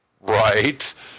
Right